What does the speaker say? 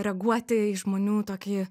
reaguoti į žmonių tokį